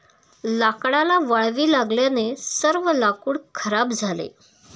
लाकडाला वाळवी लागल्याने सर्व लाकूड खराब झाले